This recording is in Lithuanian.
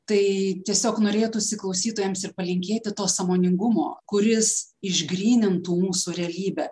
tai tiesiog norėtųsi klausytojams ir palinkėti to sąmoningumo kuris išgrynintų mūsų realybę